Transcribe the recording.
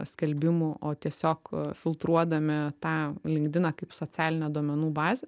skelbimų o tiesiog filtruodami tą linkdiną kaip socialinę duomenų bazę